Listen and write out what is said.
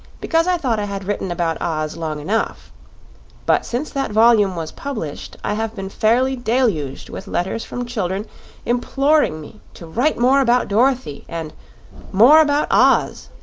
because i thought i had written about oz long enough but since that volume was published i have been fairly deluged with letters from children imploring me to write more about dorothy, and more about oz,